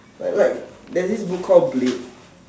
like like there's this book called blade